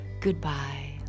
goodbye